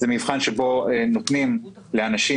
זה מבחן שבו נותנים לאנשים,